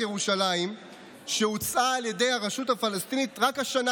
ירושלים שהוצאה על ידי הרשות הפלסטינית רק השנה,